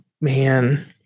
Man